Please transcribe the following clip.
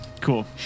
Cool